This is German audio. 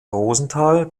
rosenthal